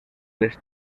les